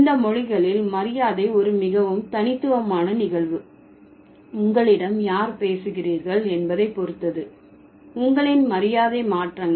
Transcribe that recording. இந்த மொழிகளில் மரியாதை ஒரு மிகவும் தனித்துவமான நிகழ்வு உங்களிடம் யார் பேசுகிறீர்கள் என்பதை பொறுத்தது உங்களின் மரியாதை மாற்றங்கள்